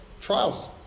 trials